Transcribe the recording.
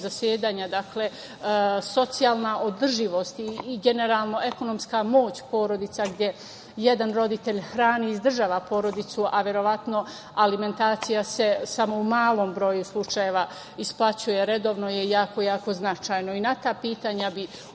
zasedanja, dakle, socijalna održivost i generalno ekonomska moć porodica gde jedan roditelj hrani i izdržava porodicu, a verovatno alimentacija se samo u malom broju slučajeva isplaćuje redovno je jako jako značajno i na ta pitanja bi